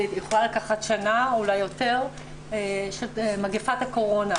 שיכולה לקחת שנה ואולי יותר, מגפת הקורונה,